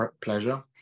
pleasure